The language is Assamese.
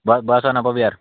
ব বেয়া চেয়া নাপাবি আৰ